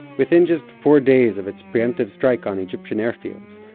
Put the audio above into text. within just four days of its preemptive strike on egyptian airfields,